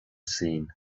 seen